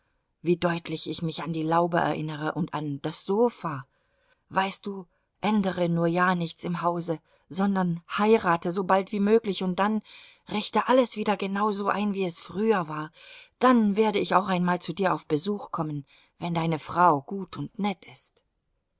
wie deutlich ich mich an die laube erinnere und an das sofa weißt du ändere nur ja nichts im hause sondern heirate so bald wie möglich und dann richte alles wieder genau so ein wie es früher war dann werde ich auch einmal zu dir auf besuch kommen wenn deine frau gut und nett ist